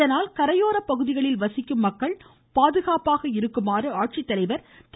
இதனால் கரையோர பகுதிகளில் வசிக்கும் மக்கள் பாதுகாப்பாக இருக்குமாறு ஆட்சித்தலைவர் திரு